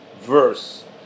verse